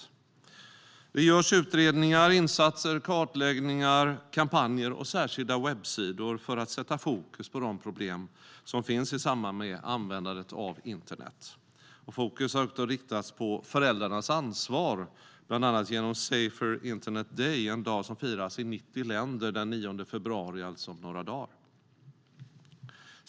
Det görs utredningar, insatser, kartläggningar, kampanjer och särskilda webbsidor för att sätta fokus på de problem som finns i samband med användandet av internet. Fokus har också riktats på föräldrarnas ansvar, bland annat genom Safer Internet Day, en dag som firas i 90 länder den 9 februari, alltså om några dagar.